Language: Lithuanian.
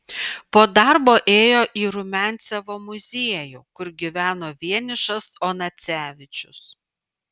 po darbo ėjo į rumiancevo muziejų kur gyveno vienišas onacevičius